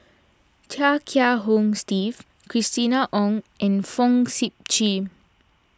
Chia Kiah Hong Steve Christina Ong and Fong Sip Chee